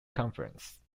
conference